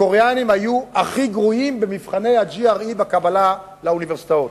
הקוריאנים היו הכי גרועים במבחני ה-GRE בקבלה לאוניברסיטאות,